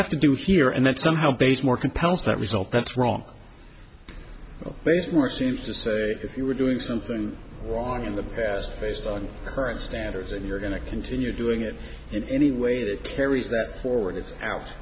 have to do here and that somehow based more compounds that result that's wrong based more seems to say if you were doing something wrong in the past based on current standards and you're going to continue doing it in any way that carries that forward